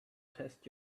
test